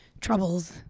troubles